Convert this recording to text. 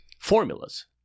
formulas